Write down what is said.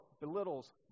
belittles